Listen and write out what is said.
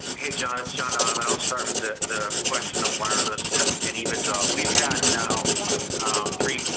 hey john, it's john um and i'll start with the question wireless and and ebitda. we've had now three